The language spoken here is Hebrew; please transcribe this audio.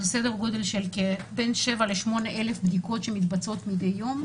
סדר-גודל של 8,000-7,000 בדיקות שמתבצעות מדי יום.